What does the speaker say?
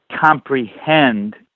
comprehend